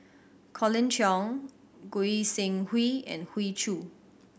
Colin Cheong Goi Seng Hui and Hoey Choo